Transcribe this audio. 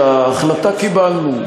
ההחלטה קיבלנו,